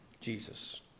Jesus